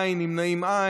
אין נמנעים.